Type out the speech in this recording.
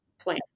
plan